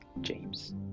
James